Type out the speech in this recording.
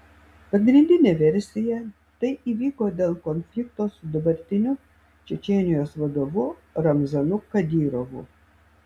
pagrindinė versija tai įvyko dėl konflikto su dabartiniu čečėnijos vadovu ramzanu kadyrovu